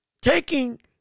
taking